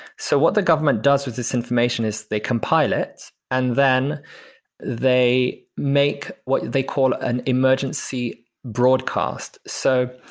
so what the government does with this information is they copilots and then they make what they call an emergency broadcast. so,